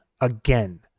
again